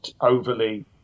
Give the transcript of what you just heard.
overly